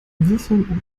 würfeln